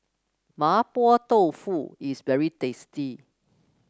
Mapo Tofu is very tasty